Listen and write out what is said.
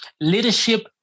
Leadership